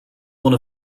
one